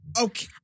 Okay